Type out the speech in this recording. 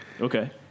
Okay